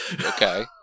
Okay